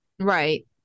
Right